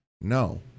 no